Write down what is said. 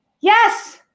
Yes